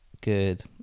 Good